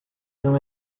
não